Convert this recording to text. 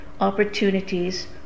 opportunities